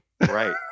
Right